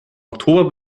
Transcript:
oktober